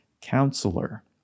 counselor